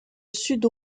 sud